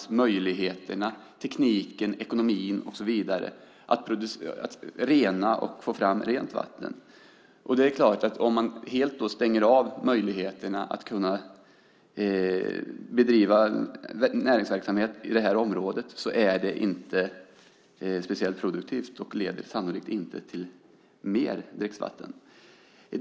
Möjligheterna, tekniken, ekonomin och så vidare saknas att rena vattnet. Det är klart att det inte är speciellt produktivt att helt stänga av möjligheterna att kunna bedriva näringsverksamhet i området, och det leder sannolikt inte till mer dricksvatten.